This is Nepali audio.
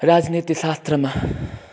राजनीतिशास्त्रमा